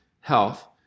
health